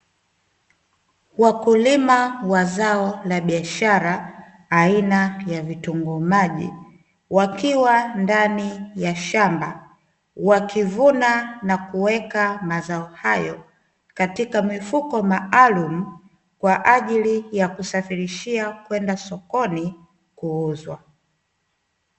Wakulima wa zao la biashara aina ya vitunguu maji, wakiwa ndani ya shamba, wakivuna na kuweka mazao hayo katika mifuko maalumu, kwa ajili ya kusafirishia kwenda sokoni kuuzwa.